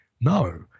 No